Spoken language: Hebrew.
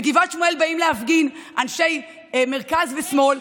בגבעת שמואל באים להפגין אנשי מרכז ושמאל.